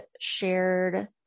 shared